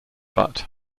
but